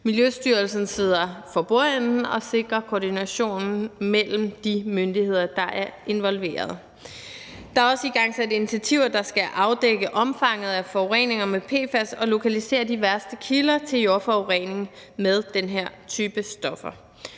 Miljøstyrelsen sidder for bordenden og sikrer koordinationen mellem de myndigheder, der er involveret. Der er også igangsat initiativer, der skal afdække omfanget af forureninger med PFAS og lokalisere de værste kilder til jordforurening med den her type stoffer.